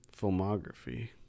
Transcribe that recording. filmography